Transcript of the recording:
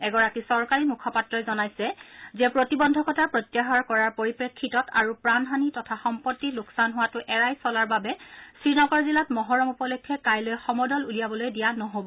এগৰাকী চৰকাৰী মুখপাত্ৰই জনাইছে যে প্ৰতিবন্ধকতা প্ৰত্যাহাৰ কৰাৰ পৰিপ্ৰেক্ষিতত আৰু প্ৰাণহানি তথা সম্পত্তি লোকচান হোৱাটো এৰাই চলাৰ বাবে শ্ৰীনগৰ জিলাত মহৰম উপলক্ষে কাইলৈ সমদল উলিয়াবলৈ দিয়া নহ'ব